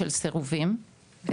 של סירובים,